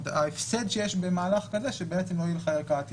ההפסד שיש במהלך כזה הוא שלא תהיה לך ערכאת ערעור.